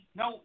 no